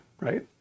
right